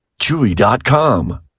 Chewy.com